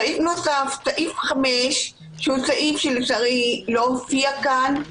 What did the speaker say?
סעיף 5 הוא סעיף שלצערי לא הופיע כאן,